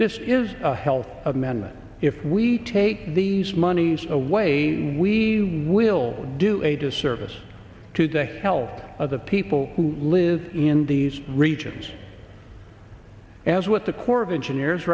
this is a health amendment if we take these monies away we will do a disservice to the help of the people who live in these regions as what the corps of engineers